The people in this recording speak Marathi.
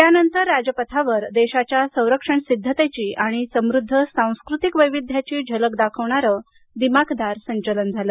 त्यानंतर राजपथावर देशाच्या संरक्षण सिद्धतेची आणि समृद्ध सांस्कृतिक वैविध्याची झलक दाखविणारे दिमाखदार संचलन झालं